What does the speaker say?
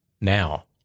now